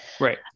right